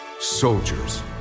Soldiers